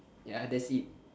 ya that's it